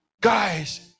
Guys